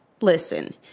Listen